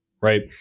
Right